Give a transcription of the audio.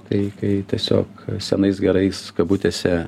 kai kai tiesiog senais gerais kabutėse